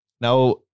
now